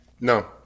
No